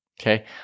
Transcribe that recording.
Okay